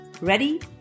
Ready